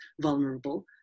vulnerable